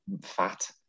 fat